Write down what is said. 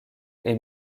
est